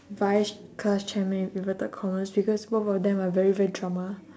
vice class chairman with inverted commas because both of them are very very drama